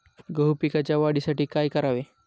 गहू पिकाच्या वाढीसाठी काय करावे?